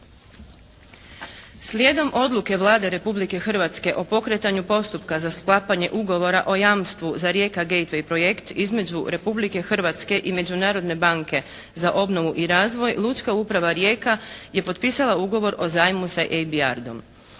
Slijedom odluke Vlade Republike Hrvatske o pokretanju postupka za sklapanje Ugovora o jamstvu za Rijeka …/govornik se ne razumije./… projekt između Republike Hrvatske i Međunarodne banke za obnovu i razvoj Lučka uprava Rijeka je potpisala ugovor o zajmu sa ABR-dom.